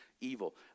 evil